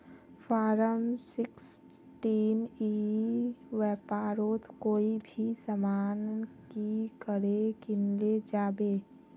Form sixteen ई व्यापारोत कोई भी सामान की करे किनले जाबे?